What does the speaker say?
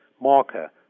marker